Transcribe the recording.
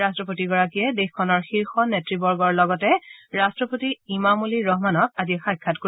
ৰাট্টপতিগৰাকীয়ে দেশখনৰ শীৰ্ষ নেত়বৰ্গৰ লগতে ৰট্টপতি ইমামলী ৰহমানক আজি সাক্ষাৎ কৰিব